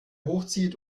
hochzieht